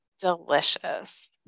delicious